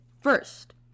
first